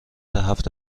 هفت